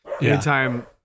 Anytime